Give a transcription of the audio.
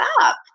up